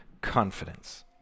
confidence